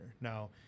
now